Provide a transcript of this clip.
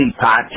Podcast